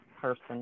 person